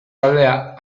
taldea